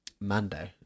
Mando